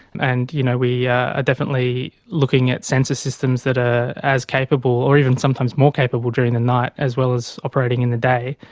and you know we are yeah definitely looking at sensor systems that are as capable or even sometimes more capable during the night as well as operating in the day.